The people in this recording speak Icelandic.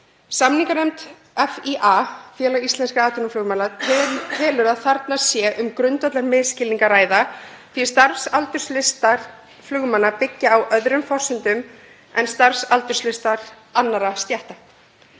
Samninganefnd FÍA, Félag íslenskra atvinnuflugmanna, telur að þarna sé um grundvallarmisskilning að ræða því starfsaldurslistar flugmanna byggja á öðrum forsendum en starfsaldurslistar annarra stétta.